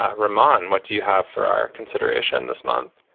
ah reman, what do you have for our consideration this month?